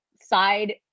side